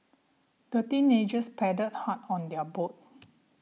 the teenagers paddled hard on their boat